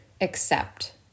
accept